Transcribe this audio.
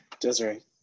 Desiree